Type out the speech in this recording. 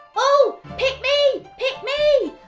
oh pick me! pick me!